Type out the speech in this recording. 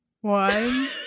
One